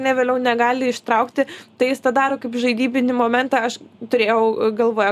ne vėliau negali ištraukti tai jis tą daro kaip žaidybinį momentą aš turėjau galvoje